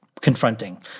confronting